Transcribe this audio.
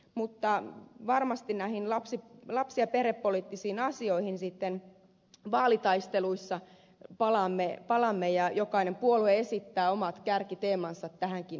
mutta varmasti lapsi ja perhepoliittisiin asioihin vaalitaisteluissa palaamme ja jokainen puolue esittää omat kärkiteemansa tähänkin asiaan